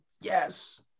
Yes